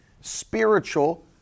spiritual